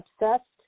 obsessed